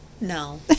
no